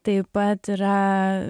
taip pat yra